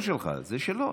שלך, זה שלו.